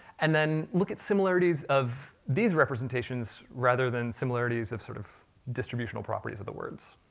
and then look at similarities of these representations, rather than similarities of sort of distribution properties of the words.